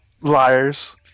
liars